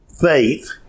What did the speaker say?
faith